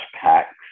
packs